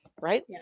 right